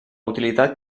utilitat